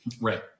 Right